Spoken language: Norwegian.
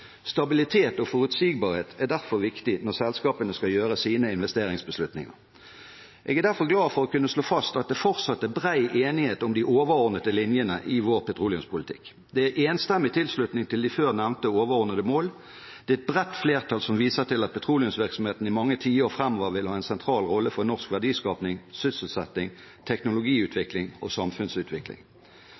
Stabilitet og forutsigbarhet er derfor viktig når selskapene skal gjøre sine investeringsbeslutninger. Jeg er derfor glad for å kunne slå fast at det fortsatt er bred enighet om de overordnede linjene i vår petroleumspolitikk. Det er enstemmig tilslutning til de før nevnte overordnede mål, det er et bredt flertall som viser til at petroleumsvirksomheten i mange tiår framover vil ha en sentral rolle for norsk verdiskaping, sysselsetting, teknologiutvikling og samfunnsutvikling.